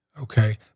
Okay